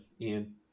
Ian